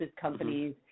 companies